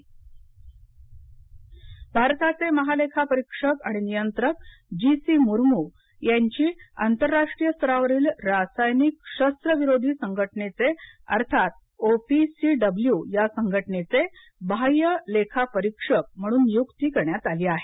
मुर्मू निवड भारताचे महालेखा परीक्षक आणि नियंत्रक जी सी मुर्मू यांची आंतर राष्ट्रीय स्तरावरील रासायनिक शस्त विरोधी संघटनेचे अर्थात ओ पी सी डब्लू या संघटनेचे बाह्य लेखापरीक्षक म्हणून नियुक्ती करण्यात आली आहे